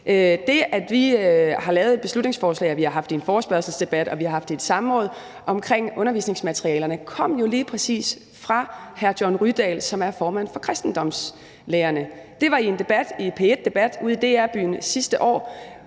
det, at vi har fremsat et beslutningsforslag, og at vi har haft en forespørgselsdebat og et samråd omkring undervisningsmaterialerne, er jo noget, der lige præcis kom fra hr. John Rydahl, som er formand for kristendomslærerne. Det var i P1 Debat ude i DR Byen sidste år,